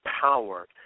power